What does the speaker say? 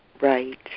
right